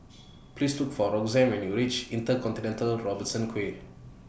Please Look For Roxanne when YOU REACH Inter Continental Robertson Quay